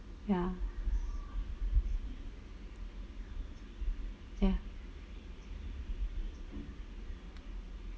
ya ya